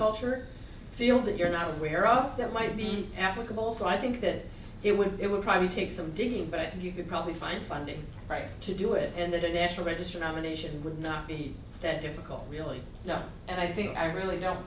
or field that you're not aware of that might be applicable so i think that it would it would probably take some digging but i think you could probably find funding right to do it and that a national register nomination would not be that difficult really know and i think i really don't